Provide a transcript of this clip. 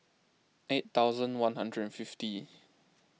eight thousand one hundred and fifty